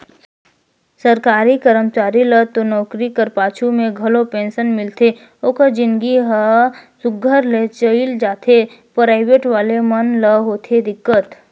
सरकारी करमचारी ल तो नउकरी कर पाछू में घलो पेंसन मिलथे ओकर जिनगी हर सुग्घर ले चइल जाथे पराइबेट वाले मन ल होथे दिक्कत